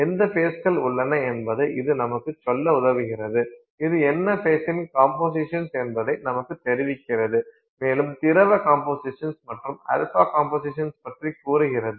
எந்த ஃபேஸ்கள் உள்ளன என்பதை இது நமக்குச் சொல்ல உதவுகிறது இது என்ன ஃபேஸின் கம்போசிஷன் என்பதை நமக்குத் தெரிவிக்கிறது மேலும் திரவ கம்போசிஷன் மற்றும் α கம்போசிஷன் பற்றிக் கூறுகிறது